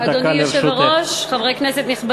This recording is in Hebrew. הצעת חוק שירותי רווחה (מענק הסתגלות לנשים ששהו במקלט לנשים מוכות)